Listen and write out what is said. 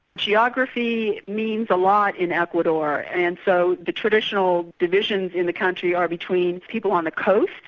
geography means a lot in ecuador, and so the traditional divisions in the country are between people on the coast,